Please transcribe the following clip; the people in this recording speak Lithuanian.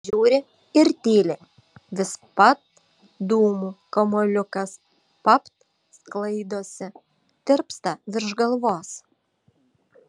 žiūri ir tyli vis papt dūmų kamuoliukas papt sklaidosi tirpsta virš galvos